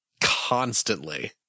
constantly